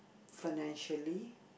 financially